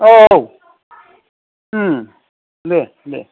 औ औ दे दे